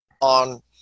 on